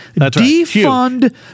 Defund